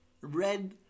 red